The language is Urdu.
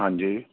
ہاں جی